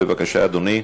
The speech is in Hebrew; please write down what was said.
בבקשה, אדוני.